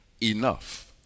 Enough